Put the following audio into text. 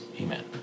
amen